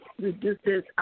reduces